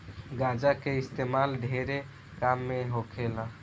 गांजा के इस्तेमाल ढेरे काम मे होखेला